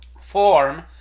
form